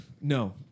no